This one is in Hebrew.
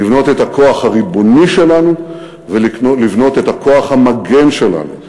לבנות את הכוח הריבוני שלנו ולבנות את הכוח המגן שלנו.